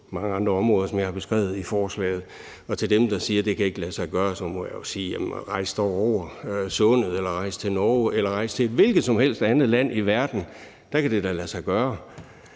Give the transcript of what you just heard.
mange andre områder, som jeg har beskrevet i forslaget. Og til dem, der siger, at det ikke kan lade sig gøre, må jeg jo sige: Rejs dog over Sundet, eller rejs til Norge, eller rejs til et hvilket som helst andet land i verden. Der kan det da lade sig gøre,